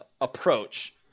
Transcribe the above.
approach